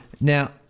Now